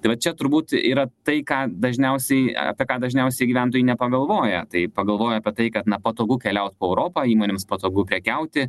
tai vat čia turbūt yra tai ką dažniausiai apie ką dažniausiai gyventojai nepagalvoja tai pagalvoja apie tai kad na patogu keliaut po europą įmonėms patogu prekiauti